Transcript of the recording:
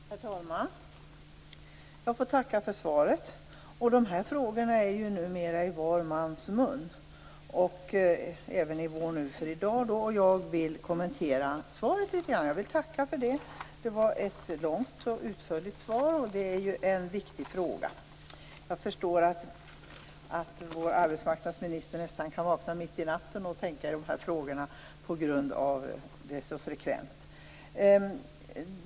Herr talman! Jag får tacka för svaret. De här frågorna är numera i var mans mun. Jag vill kommentera svaret litet grand. Det var ett långt och utförligt svar, och det är ju en viktig fråga. Jag förstår att arbetsmarknadsministern nästan kan vakna mitt i natten och tänka på de här frågorna, på grund av att de är så frekventa.